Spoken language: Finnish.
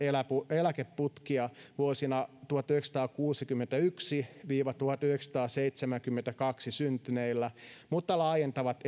eläkeputkia vuosina tuhatyhdeksänsataakuusikymmentäyksi viiva tuhatyhdeksänsataaseitsemänkymmentäkaksi syntyneillä mutta laajentavat